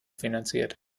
finanziert